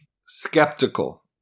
skeptical